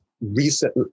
recent